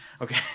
okay